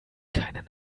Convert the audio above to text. keinen